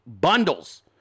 bundles